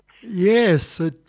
Yes